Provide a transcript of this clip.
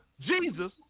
Jesus